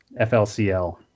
FLCL